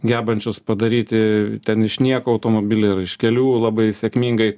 gebančius padaryti ten iš nieko automobilį ir iš kelių labai sėkmingai